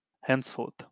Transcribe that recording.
henceforth